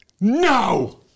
no